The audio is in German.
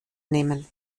nehmen